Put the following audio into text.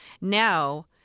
Now –